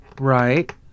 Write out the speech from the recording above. Right